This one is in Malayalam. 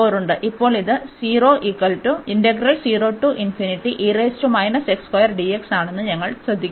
ഇപ്പോൾ ഇത് ആണെന്ന് ഞങ്ങൾ ശ്രദ്ധിക്കുന്നു